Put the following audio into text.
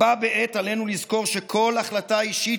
אך בה בעת עלינו לזכור שכל החלטה אישית